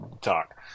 talk